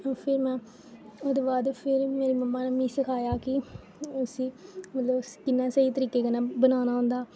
फिर में ओह्दे बाद फिर मेरी मम्मा ने मिगी सखाया की उसी मतलब उसी कि'यां स्हेई तरीके कन्नै बनाना होंदा